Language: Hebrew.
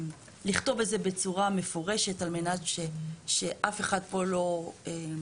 ולכתוב את זה בצורה מפורשת על מנת שאף אחד פה לא יחשוש